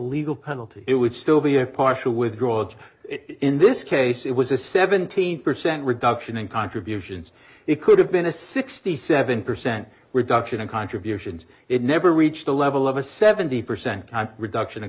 legal penalty it would still be a partial withdrawal in this case it was a seventeen percent reduction in contributions it could have been a sixty seven percent reduction in contributions it never reached the level of a seventy percent reduction